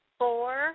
Four